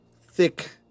thick